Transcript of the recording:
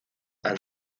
han